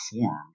formed